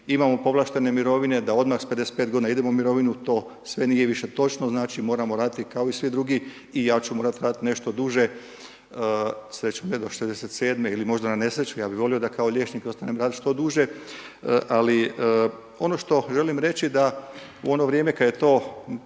imamo povlaštene mirovine, da odmah s 55 godina idemo u mirovinu, to sve nije više točno, znači moramo raditi kao i svi drugi i ja ću morat radit nešto duže, srećom ne do 67 ili možda na nesreću, ja bih volio da kao liječnik ostanem radit što duže. Ono što želim reći da u ono vrijeme kad je to